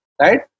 right